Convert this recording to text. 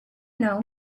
know